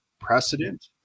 precedent